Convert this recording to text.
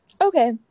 Okay